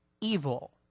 evil